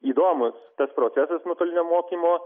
įdomu tas procesas nuotolinio mokymo